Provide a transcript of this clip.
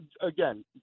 again